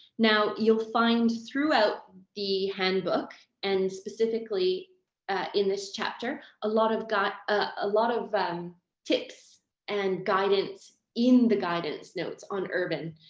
now, you'll find throughout the handbook and specifically in this chapter, a lot of got a lot of tips and guidance in the guidance notes on urban.